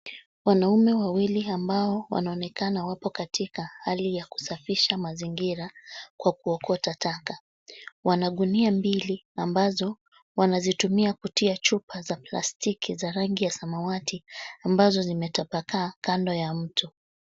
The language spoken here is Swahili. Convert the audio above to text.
Wanaume wawili, ambao wanaonekana wapo katika hali ya kusafisha mazingira kwa kuokota taka. Wana gunia mbili ambazo wanazitumia kutia chupa za plastiki za rangi ya samawati, ambazo zimetapakaa kando ya mto.